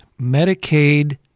Medicaid